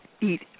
eat